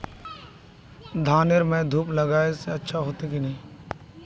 धानेर में धूप लगाए से अच्छा होते की नहीं?